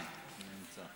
כן, הוא נמצא.